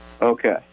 Okay